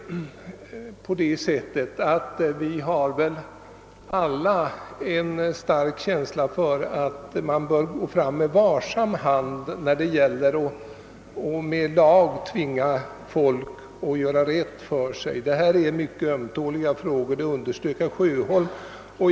Vi har väl alla en stark känsla av att Man bör gå fram med varsam hand när det gäller att med lag tvinga folk att Söra rätt för sig. Att detta är en mycket Omtålig fråga underströk herr Sjöholm.